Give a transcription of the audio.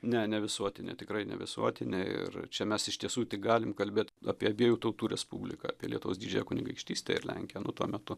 ne ne visuotinė tikrai ne visuotinė ir čia mes iš tiesų tik galim kalbėt apie abiejų tautų respubliką apie lietuvos didžiąją kunigaikštystę ir lenkiją tuo metu